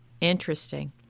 Interesting